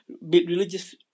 religious